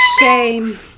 shame